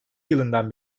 yılından